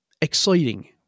exciting